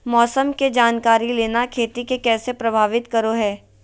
मौसम के जानकारी लेना खेती के कैसे प्रभावित करो है?